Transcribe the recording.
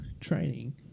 training